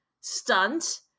stunt